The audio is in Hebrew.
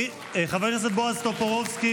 חבר הכנסת בועז טופורובסקי,